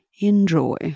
enjoy